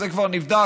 זה כבר נבדק,